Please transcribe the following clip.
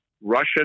Russian